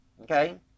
Okay